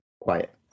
quiet